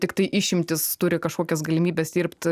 tiktai išimtys turi kažkokias galimybes dirbt